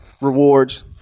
rewards